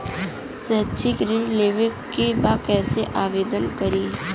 शैक्षिक ऋण लेवे के बा कईसे आवेदन करी?